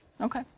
Okay